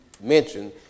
mentioned